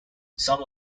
some